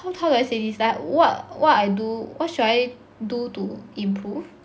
how how do I say this like what what I do what should I do to improve